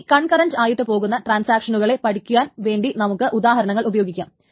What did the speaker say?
ഇനി കൺകറന്റ് ആയിട്ട് പോകുന്ന ട്രാൻസാക്ഷനുകളെ പഠിക്കുവാൻ വേണ്ടി നമ്മൾക്ക് ഉദാഹരണങ്ങൾ ഉപയോഗിക്കാം